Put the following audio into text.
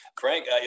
Frank